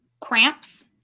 cramps